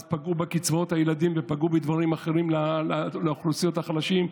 אז פגעו בקצבאות הילדים ופגעו בדברים אחרים לאוכלוסיות החלשות.